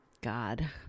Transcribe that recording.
God